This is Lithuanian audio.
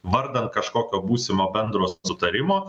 vardan kažkokio būsimo bendro sutarimo